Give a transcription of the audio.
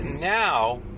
now